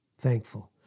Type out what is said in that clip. Thankful